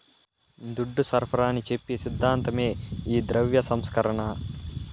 దుడ్డు సరఫరాని చెప్పి సిద్ధాంతమే ఈ ద్రవ్య సంస్కరణ